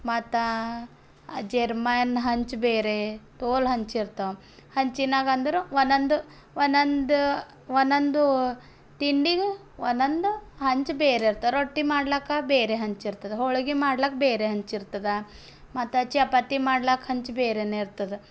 ಮತ್ತು ಜೆರ್ಮನ್ ಹೆಂಚು ಬೇರೆ ತೋಲ್ ಹೆಂಚು ಇರ್ತಾವ ಹೆಂಚಿನಾಗಂದ್ರೆ ಒಂದೊಂದು ಒಂದೊಂದು ಒಂದೊಂದು ತಿಂಡಿಗೆ ಒಂದೊಂದು ಹೆಂಚು ಬೇರೆ ಇರ್ತ ರೊಟ್ಟಿ ಮಾಡ್ಲಕ್ಕ ಬೇರೆ ಹೆಂಚು ಇರ್ತದ ಹೋಳಿಗೆ ಮಾಡ್ಲಕ್ಕ ಬೇರೆ ಹೆಂಚು ಇರ್ತದ ಮತ್ತು ಚಪಾತಿ ಮಾಡ್ಲಕ್ಕ ಹೆಂಚು ಬೇರೆನೆ ಇರ್ತದ